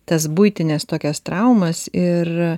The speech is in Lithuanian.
tas buitines tokias traumas ir